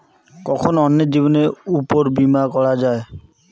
কখন অন্যের জীবনের উপর বীমা করা যায়?